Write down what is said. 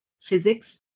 physics